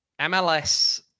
MLS